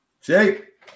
Jake